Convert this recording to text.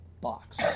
box